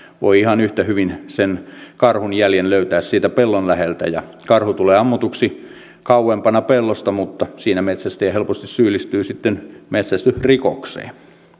voi ihan yhtä hyvin sen karhun jäljen löytää siitä pellon läheltä ja karhu tulee ammutuksi kauempana pellosta mutta siinä metsästäjä helposti syyllistyy sitten metsästysrikokseen